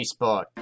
Facebook